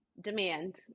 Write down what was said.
Demand